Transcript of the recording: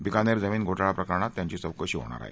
बिकानेर जमीन घोटाळा प्रकरणात त्यांची चौकशी होणार आहे